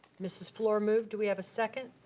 mrs. fluor moved, do we have a second?